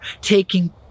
taking